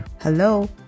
hello